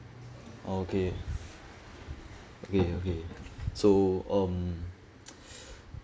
okay okay okay so um